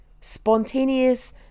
spontaneous